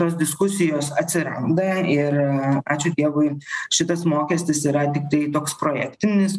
tos diskusijos atsiranda ir ačiū dievui šitas mokestis yra tiktai toks projektinis